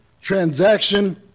transaction